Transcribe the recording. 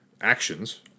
actions